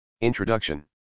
Introduction